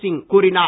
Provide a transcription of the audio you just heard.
சிங் கூறினார்